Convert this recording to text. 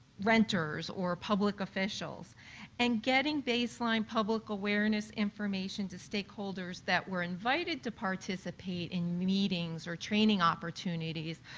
renters or public officials and getting baseline public awareness information to stakeholders that were invited to participate in meetings or training opportunities,